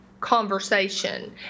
conversation